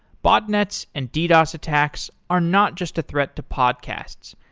botnets and ddos attacks are not just a threat to podcasts.